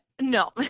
no